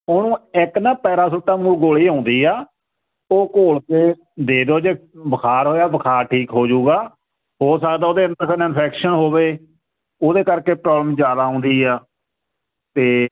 ਉਹਨੂੰ ਇੱਕ ਨਾ ਪੈਰਾਸਟਾ ਮੂੰਹ ਗੋਲੀ ਆਉਂਦੀ ਆ ਉਹ ਘੋਲ ਕੇ ਦੇ ਦਿਓ ਜੇ ਬੁਖਾਰ ਹੋਇਆ ਬੁਖਾਰ ਠੀਕ ਹੋ ਜਾਊਗਾ ਹੋ ਸਕਦਾ ਉਹਦੇ ਅੰਦਰ ਇਨਫੈਕਸ਼ਨ ਹੋਵੇ ਉਹਦੇ ਕਰਕੇ ਪ੍ਰੋਬਲਮ ਜਿਆਦਾ ਆਉਂਦੀ ਆ ਤੇ